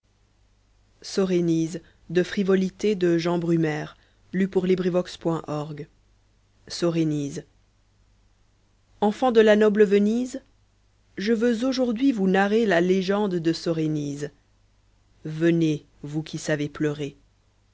sorenise enfants de la noble venise je veux aujourd'hui vous narrer la légende de sorénisc venez vous qui savez pleurer